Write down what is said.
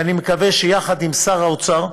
אבל אני מקווה שיחד עם שר האוצר,